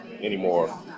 anymore